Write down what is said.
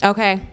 Okay